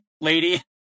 lady